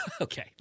Okay